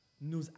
nous